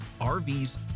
RVs